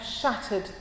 shattered